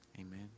Amen